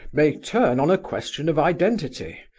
may turn on a question of identity.